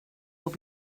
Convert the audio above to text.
will